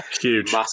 huge